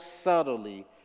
subtly